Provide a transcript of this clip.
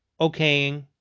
okaying